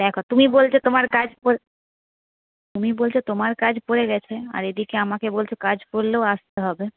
দেখো তুমি বলছ তোমার কাজ প তুমি বলছ তোমার কাজ পরে গেছে আর এদিকে আমাকে বলছ কাজ পরলেও আসতে হবে